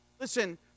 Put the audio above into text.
Listen